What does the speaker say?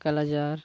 ᱠᱟᱞᱟᱡᱚᱨ